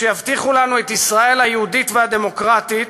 שיבטיחו לנו את ישראל היהודית והדמוקרטית,